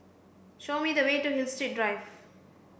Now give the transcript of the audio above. show me the way to Hillside Drive